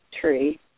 tree